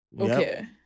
okay